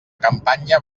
campanya